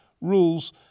Rules